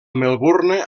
melbourne